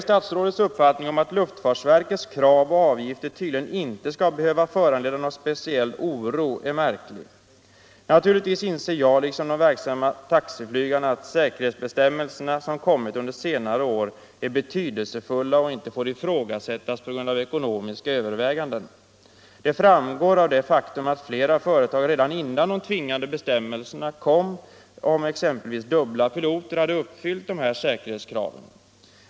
Statsrådets uppfattning om att luftfartsverkets krav och avgifter tydligen inte skall behöva föranleda någon speciell oro är märklig. Naturligtvis inser jag liksom de verksamma taxiflygarna att säkerhetsbestämmelserna som kommit under senare år är betydelsefulla och inte får ifrågasättas på grund av ekonomiska överväganden. Det framgår av det faktum att flera företag, redan innan de tvingande bestämmelserna kom om exempelvis dubbla piloter, hade uppfyllt dessa säkerhetskrav.